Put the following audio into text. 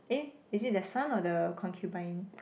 eh is it that son or the concubine